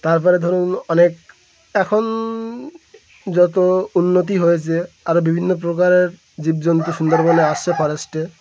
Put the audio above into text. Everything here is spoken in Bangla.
তারপরে ধরুন অনেক এখন যত উন্নতি হয়েছে আরও বিভিন্ন প্রকারের জীবজন্তু সুন্দরবনে আসছে ফরেস্টে